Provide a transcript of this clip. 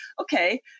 okay